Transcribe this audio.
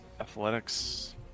Athletics